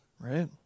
right